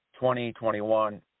2021